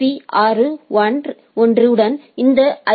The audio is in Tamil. பீ ஆர் 1 உடன் இந்த ஐ